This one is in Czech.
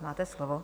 Máte slovo.